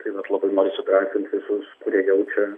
tai net labai noriu sudrąsint visus kurie jaučia